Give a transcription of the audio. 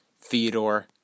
Theodore